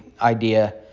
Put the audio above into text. idea